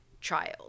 child